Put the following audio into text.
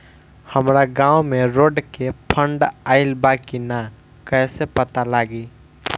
हमरा गांव मे रोड के फन्ड आइल बा कि ना कैसे पता लागि?